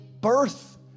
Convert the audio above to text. birth